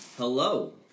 Hello